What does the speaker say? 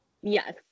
Yes